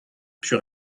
puis